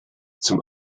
zum